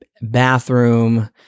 bathroom